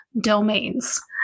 domains